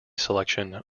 selection